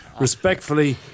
respectfully